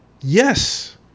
Yes